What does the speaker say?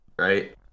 right